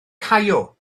caio